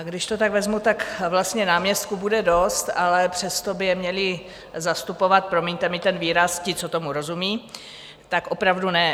Když to tak vezmu, vlastně náměstků bude dost, ale přesto by je měli zastupovat promiňte mi ten výraz ti, co tomu rozumí, opravdu ne.